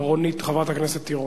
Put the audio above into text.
חברת הכנסת רונית תירוש.